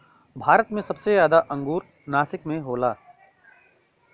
भारत मे सबसे जादा अंगूर नासिक मे होला